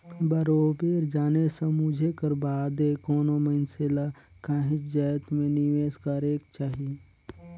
बरोबेर जाने समुझे कर बादे कोनो मइनसे ल काहींच जाएत में निवेस करेक जाही